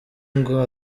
ngo